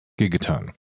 Gigaton